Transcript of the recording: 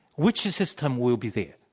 which system will be there.